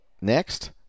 Next